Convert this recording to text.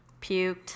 Puked